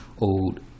old